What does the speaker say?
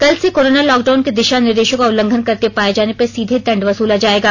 कल से corona lockdown के दिशा निर्देशों का उल्लंघन करते पाये जाने पर सीधे दंड वसूला जायेगा